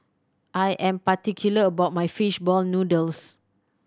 I am particular about my fish ball noodles